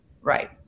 Right